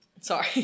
sorry